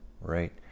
right